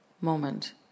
moment